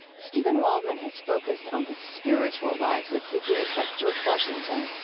steven waldman has focused on the spiritual lives of figures like george washington,